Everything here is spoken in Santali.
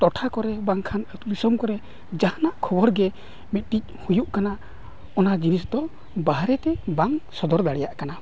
ᱴᱚᱴᱷᱟ ᱠᱚᱨᱮᱜ ᱵᱟᱝᱠᱷᱟᱱ ᱟᱛᱳ ᱫᱤᱥᱚᱢ ᱠᱚᱨᱮᱜ ᱡᱟᱦᱟᱱᱟᱜ ᱠᱷᱚᱵᱚᱨ ᱜᱮ ᱢᱤᱫᱴᱤᱡ ᱦᱩᱭᱩᱜ ᱠᱟᱱᱟ ᱚᱱᱟ ᱡᱤᱱᱤᱥ ᱫᱚ ᱵᱟᱦᱨᱮᱛᱮ ᱵᱟᱝ ᱥᱚᱫᱚᱨ ᱫᱟᱲᱮᱭᱟᱜ ᱠᱟᱱᱟ